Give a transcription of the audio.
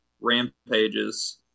rampages